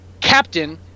Captain